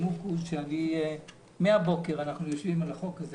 הנימוק הוא שמהבוקר אנחנו יושבים על החוק הזה.